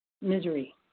Misery